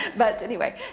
but anyway,